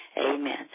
Amen